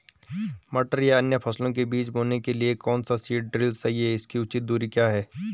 मटर या अन्य फसलों के बीज बोने के लिए कौन सा सीड ड्रील सही है इसकी उचित दूरी क्या है?